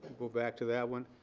go back to that one.